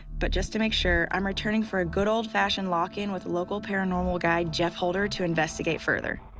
but just to make sure i'm returning for a good old-fashioned lock in with local paranormal guide jeff holder to investigate further.